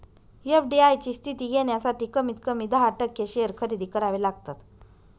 FDI ची स्थिती घेण्यासाठी कमीत कमी दहा टक्के शेअर खरेदी करावे लागतात